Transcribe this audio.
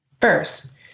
first